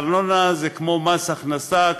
הארנונה זה כמו מס הכנסה,